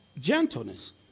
Gentleness